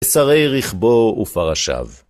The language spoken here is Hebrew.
שרי רכבו ופרשיו